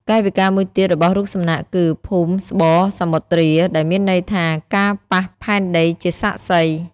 កាយវិការមួយទៀតរបស់រូបសំណាកគឺ ភូមិស្បសមុទ្រា ដែលមានន័យថា ការប៉ះផែនដីជាសាក្សី។